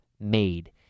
made